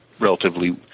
relatively